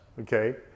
Okay